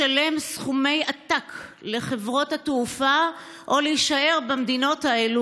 לשלם סכומי עתק לחברות התעופה או להישאר במדינות האלה,